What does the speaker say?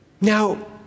Now